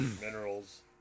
minerals